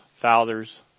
fathers